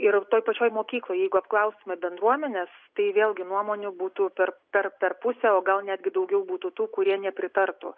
ir toj pačioj mokykloj jeigu apklaustume bendruomenes tai vėlgi nuomonių būtų per per per pusę o gal netgi daugiau būtų tų kurie nepritartų